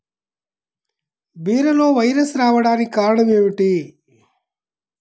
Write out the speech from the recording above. బీరలో వైరస్ రావడానికి కారణం ఏమిటి?